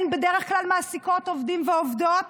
הן בדרך כלל מעסיקות עובדים ועובדות